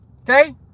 Okay